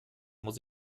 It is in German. muss